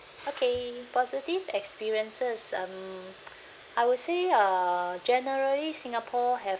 okay positive experiences um I would say uh generally singapore have